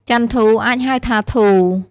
ចន្ទធូ” អាចហៅថា “ធូ”។